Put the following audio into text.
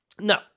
No